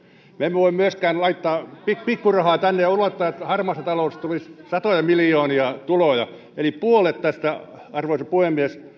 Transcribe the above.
me emme voi myöskään laittaa pikkurahaa tänne ja olettaa että harmaasta taloudesta tulisi satoja miljoonia tuloja eli puolet tästä arvoisa puhemies